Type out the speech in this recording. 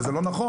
אבל זה לא נכון,